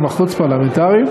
גם החוץ-פרלמנטריים,